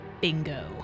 Bingo